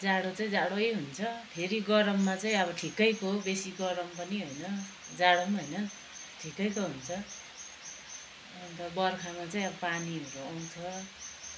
जाडो चाहिँ जाडै हुन्छ फेरि गरममा चाहिँ अब ठिकैको बेसी गरम पनि होइन जाडो पनि होइन ठिकैको हुन्छ अन्त बर्खामा चाहिँ अब पानीहरू आउँछ